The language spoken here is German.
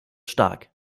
stark